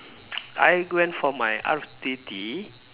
I went for my R_T_T